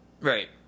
Right